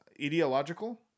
ideological